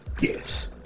yes